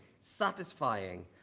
satisfying